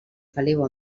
feliu